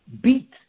beat